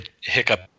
hiccup